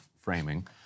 framing